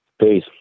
Peace